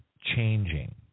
changing